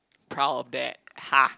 proud of that ha